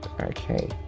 Okay